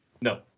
No